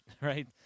right